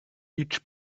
each